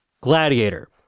Gladiator